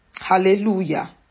Hallelujah